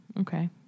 Okay